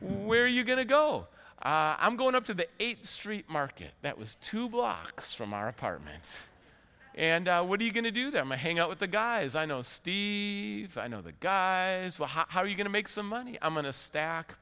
where are you going to go i'm going up to the eighth street market that was two blocks from our apartment and what are you going to do them i hang out with the guys i know steve i know the guy how are you going to make some money i'm going to stack